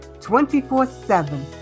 24-7